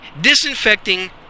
disinfecting